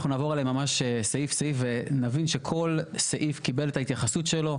אנחנו נעבור עליהם ממש סעיף-סעיף ונבין שכל סעיף קיבל את ההתייחסות שלו,